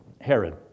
Herod